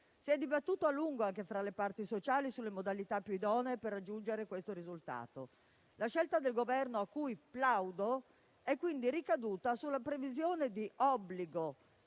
Si è dibattuto a lungo, anche tra le parti sociali, sulle modalità più idonee per raggiungere questo risultato. La scelta del Governo a cui plaudo è quindi ricaduta sulla previsione di obbligo